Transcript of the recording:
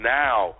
now